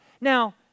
Now